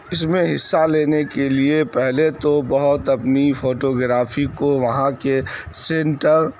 اس میں حصہ لینے کے لیے پہلے تو بہت اپنی فوٹوگرافی کو وہاں کے سنٹر